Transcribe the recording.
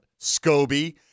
Scobie